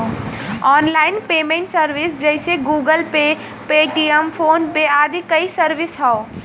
online payment service जइसे Google Pay, Paytm, PhonePe आदि कई सर्विस हौ